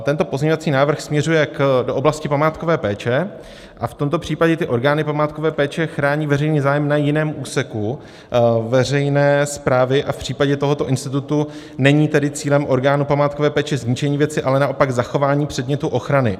Tento pozměňovací návrh směřuje do oblasti památkové péče, v tomto případě orgány památkové péče chrání veřejný zájem na jiném úseku veřejné správy a v případě tohoto institutu není cílem orgánu památkové péče zničení věci, ale naopak zachování předmětu ochrany.